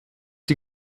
die